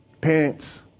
parents